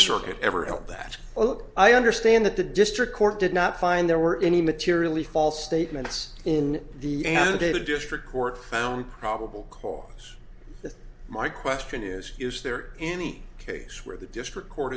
circuit ever held that i understand that the district court did not find there were any materially false statements in the candidate a district court found probable cause my question is is there any case where the district court